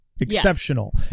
Exceptional